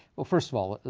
well, first of all,